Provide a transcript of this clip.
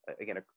again